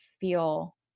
feel